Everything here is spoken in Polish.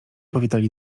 powitali